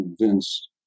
convinced